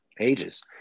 ages